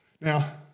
Now